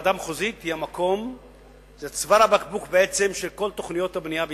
הוועדה המחוזית היא צוואר הבקבוק של כל תוכניות הבנייה בישראל,